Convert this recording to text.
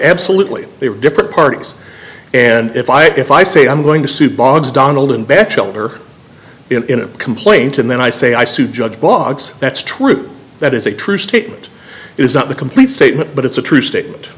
absolutely they were different parties and if i if i say i'm going to sue boggs donald and batchelder in a complaint and then i say i sue judge boggs that's true that is a true statement is not the complete statement but it's a true statement